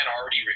already